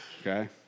okay